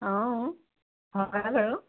অঁ হয় বাৰু